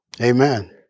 Amen